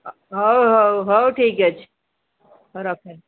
ହଉ ହଉ ହଉ ଠିକ୍ ଅଛି ରଖ